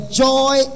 joy